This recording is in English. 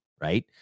right